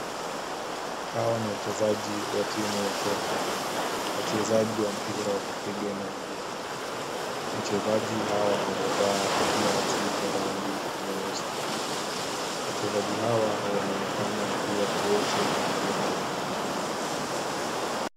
Hawa ni wachezaji wa timu ya Kenya, wachezaji wa mpira wa kupiga na mguu. Wachezaji hawa wamevaa jazi ya rangi nyeusi. Wachezaji hawa wanaonekana kuwa wote ni walemavu.